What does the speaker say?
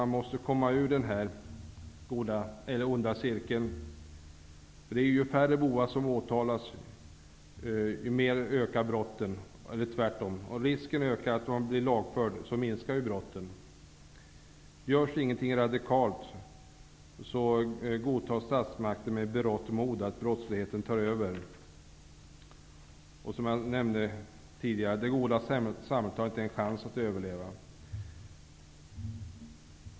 Man måste komma ur den här onda cirkeln. Ju färre bovar som åtalas, desto mer ökar antalet brott, och om risken ökar att bli lagförd minskar antalet brott. Om inget radikalt görs innebär det att statsmakten med berått mod godtar att brottsligheten tar över. Som jag nämnde tidigare, har det goda samhället inte en chans att överleva.